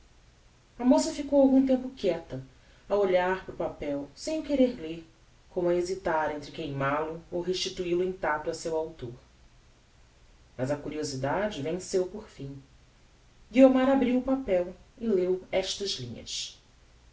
a moça ficou algum tempo quieta a olhar para o papel sem o querer ler como a hesitar entre queimal o ou restitui lo intacto a seu autor mas a curiosidade venceu por fim guiomar abriu o papel e leu estas linhas